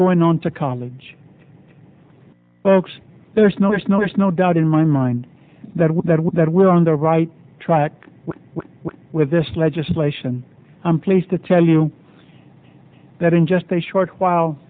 going on the college bucks there's no there's no there's no doubt in my mind that with that with that we're on the right track with this legislation i'm pleased to tell you that in just a short while